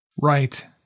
Right